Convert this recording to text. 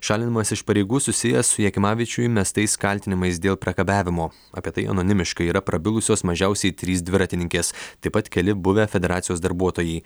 šalinimas iš pareigų susijęs su jakimavičiui mestais kaltinimais dėl priekabiavimo apie tai anonimiškai yra prabilusios mažiausiai trys dviratininkės taip pat keli buvę federacijos darbuotojai